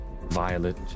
Violet